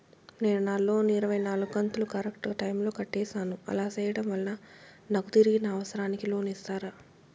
నేను నా లోను ఇరవై నాలుగు కంతులు కరెక్టు టైము లో కట్టేసాను, అలా సేయడం వలన నాకు తిరిగి నా అవసరానికి లోను ఇస్తారా?